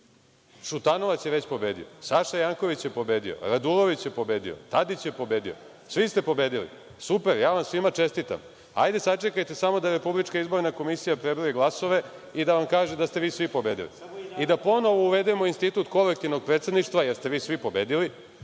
Šutanovac je već pobedio, Saša Janković je pobedio, Radulović je pobedio, Tadić je pobedio, svi ste pobedili. Super. Ja vam svima čestitam, hajde sačekajte samo da RIK prebroji glasove i da vam kaže da ste vi svi pobedili i da ponovo uvedemo institut kolektivnog predsedništva, jer ste vi svi pobedili,